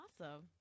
awesome